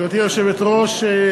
גברתי היושבת-ראש,